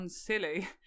silly